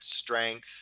strength